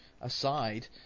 aside